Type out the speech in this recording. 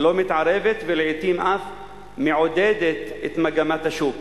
לא מתערבת ולעתים אף מעודדת את מגמת השוק.